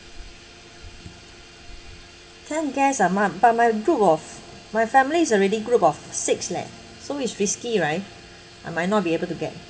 ten guests ah my but my group of my family is already group of six leh so it's risky right I might not be able to get